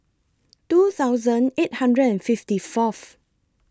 two thousand eight hundred and fifty Fourth